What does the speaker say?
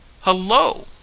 Hello